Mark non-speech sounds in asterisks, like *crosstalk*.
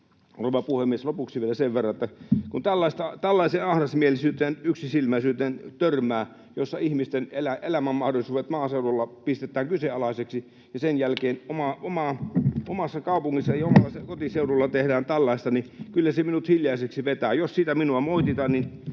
Rouva puhemies! Lopuksi vielä sen verran, että kun tällaiseen ahdasmielisyyteen ja yksisilmäisyyteen törmää, jossa ihmisten elämänmahdollisuudet maaseudulla pistetään kyseenalaiseksi, *noise* ja sen jälkeen ajattelee, että jos omassa kaupungissani omalla kotiseudullani tehdään tällaista, niin kyllä se minut hiljaiseksi vetää. Jos siitä minua moititaan, niin